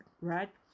right